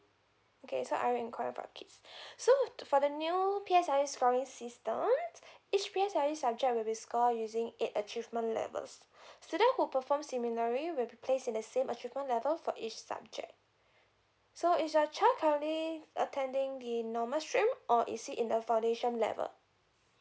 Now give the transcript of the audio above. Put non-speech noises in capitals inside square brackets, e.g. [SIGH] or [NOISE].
okay so are you enquire about kids [BREATH] so to for the new P_S_L_E scoring system each piece I subject will be score using eight achievement levels [BREATH] student who perform similarly will be placed in the same achievement level for each subject so is your child currently attending the normal stream or is he in the foundation level